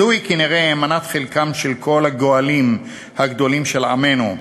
זוהי כנראה מנת חלקם של כל הגואלים הגדולים של עמנו.